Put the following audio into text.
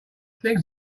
things